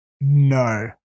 No